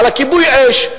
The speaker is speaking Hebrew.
על כיבוי אש.